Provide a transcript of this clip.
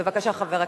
בבקשה, חבר הכנסת.